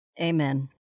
Amen